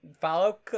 Follow